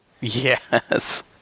Yes